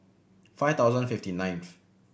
five thousand fifty ninth